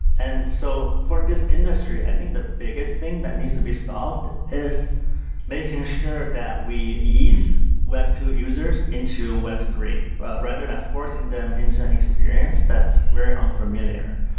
and so for this industry, i think the biggest thing that needs to be solved is making sure that we ease web two users into web three rather than forcing them into an experience that's very unfamiliar.